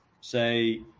say